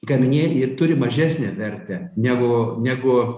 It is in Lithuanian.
gaminyje ir turi mažesnę vertę negu negu